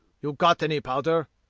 you got any powder?